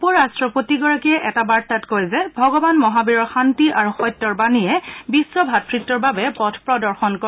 উপ ৰাষ্টপতিয়ে এটা বাৰ্তাত কয় যে ভগৱান মহাবীৰৰ শান্তি আৰু সত্যৰ বাণীয়ে বিশ্ব ভাতৃত্বৰ বাবে পথ প্ৰদৰ্শন কৰে